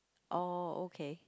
oh okay